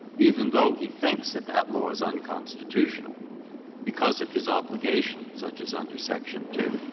even though he thinks that that law is unconstitutional because of his obligation such as under section two.